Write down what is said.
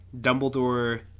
Dumbledore